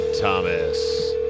Thomas